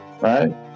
right